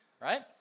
right